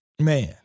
Man